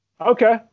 Okay